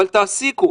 אבל תעסיקו,